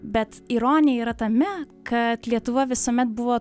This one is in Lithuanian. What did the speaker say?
bet ironija yra tame kad lietuva visuomet buvo